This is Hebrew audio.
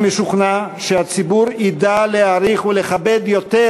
אני משוכנע שהציבור ידע להעריך ולכבד יותר